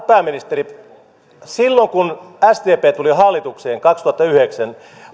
pääministeri silloin kun sdp tuli hallitukseen kaksituhattayhdeksän